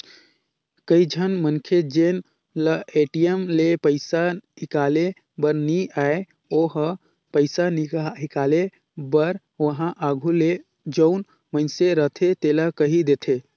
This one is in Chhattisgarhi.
कइझन मनखे जेन ल ए.टी.एम ले पइसा हिंकाले बर नी आय ओ ह पइसा हिंकाले बर उहां आघु ले जउन मइनसे रहथे तेला कहि देथे